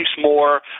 more